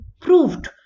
proved